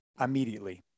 immediately